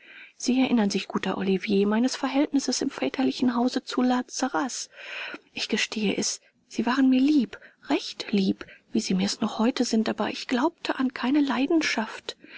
sie erinnern sich guter olivier meines verhältnisses im väterlichen hause zu la sarraz ich gestehe es sie waren mir lieb recht lieb wie sie mir es noch heute sind aber ich glaubte an keine leidenschaft